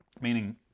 meaning